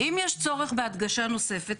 אם יש צורך בהדגשה נוספת,